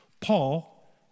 Paul